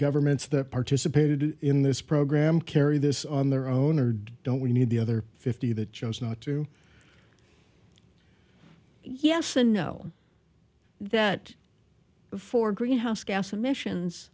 governments that participated in this program carry this on their own or don't we need the other fifty the chose not to yes uno that before greenhouse gas emissions